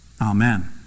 Amen